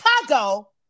Chicago